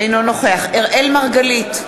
אינו נוכח אראל מרגלית,